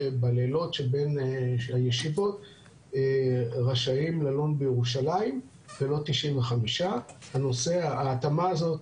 בלילות של הישיבות רשאים ללון בירושלים ולא 95. ההתאמה הזאת